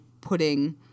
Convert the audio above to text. putting